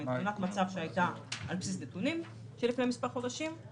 מתמונת מצב שהייתה על בסיס נתונים של לפני מספר חודשים.